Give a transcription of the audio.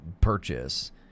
purchase